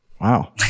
Wow